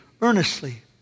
earnestly